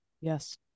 yes